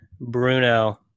Bruno